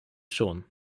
schon